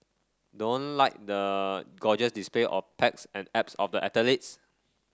don't like the gorgeous display of pecs and abs of the athletes